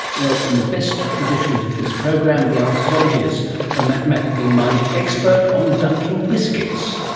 well, in the best traditions of this program, the answer's obvious a mathematically-minded expert on dunking biscuits,